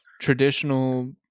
traditional